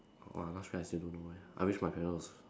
!wah! last wish I still don't know leh I wish my parents was